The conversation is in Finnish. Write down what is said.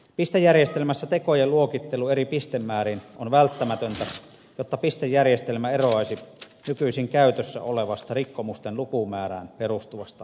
pistejärjestelmässä tekojen luokittelu eri pistemääriin on välttämätöntä jotta pistejärjestelmä eroaisi nykyisin käytössä olevasta rikkomusten lukumäärään perustuvasta järjestelmästä